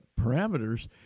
parameters